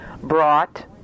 brought